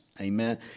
Amen